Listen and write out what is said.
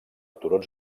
turons